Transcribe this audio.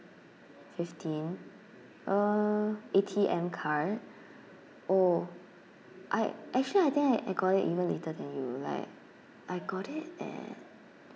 fifteen uh A_T_M card oh I actually I think I I got it even later than you like I got it at